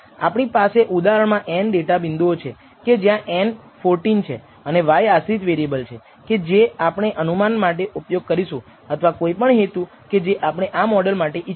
આપણી પાસે ઉદાહરણમા n ડેટા બિંદુઓ છે જ્યાં n 14 છે અને y આશ્રિત વેરિએબલ છે કે જે આપણે અનુમાન માટે ઉપયોગ કરીશું અથવા કોઈપણ હેતુ કે જે આપણે આ મોડલ માટે ઈચ્છીએ